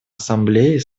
ассамблее